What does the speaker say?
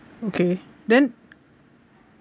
okay then